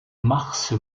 mars